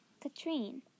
Katrine